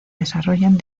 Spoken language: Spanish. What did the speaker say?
desarrollan